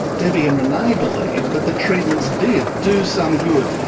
debbie and renee believe that the treatments did do some good,